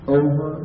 over